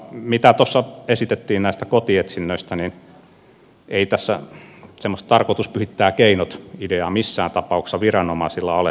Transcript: mitä tuossa esitettiin näistä kotietsinnöistä niin ei tässä semmoista tarkoitus pyhittää keinot ideaa missään tapauksessa viranomaisilla ole sen tiedän